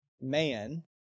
man